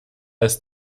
ist